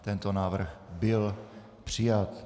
Tento návrh byl přijat.